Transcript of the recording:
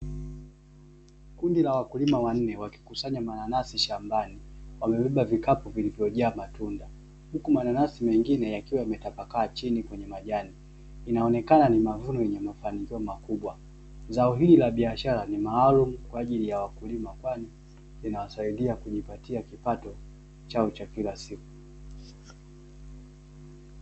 Kundi la wakulima wanne wakikusanya mananasi shambani. Wamebeba vikapu vilivyojaa matunda, huku mananasi mengine yakiwa yametapakaa chini kwenye majani. Inaonekana ni mavuno yenye mafanikio makubwa. Zao hili la biashara ni maalumu kwa ajili ya wakulima kwani inawasaidia kujipatia kipato chao cha kila siku.